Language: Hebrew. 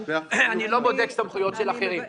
אני לא בודק סמכויות של אחרים.